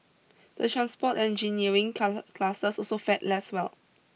the transport engineering cluster also fared less well